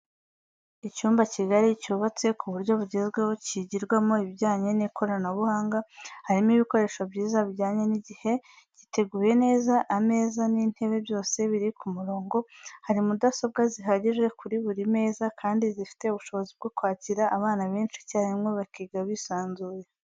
Icyumba kigari cyubatse ku buryo bwugezweho kigirwamo ibijyanye n'ikoranabuhanga, harimo ibikoresho byiza bijyanye n'igihe, giteguye neza, ameza n'intebe byose biri ku murongo, hari mudasobwa zihagije kuri buri meza kandi gifite ubushobozi bwo kwakira abana benshi icyarimwe bakiga bisanzuye.